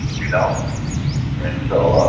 you know? and so,